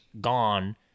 gone